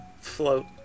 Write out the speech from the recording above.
float